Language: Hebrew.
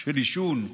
של עישון,